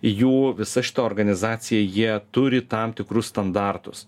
jų visa šita organizacija jie turi tam tikrus standartus